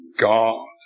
God